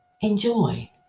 enjoy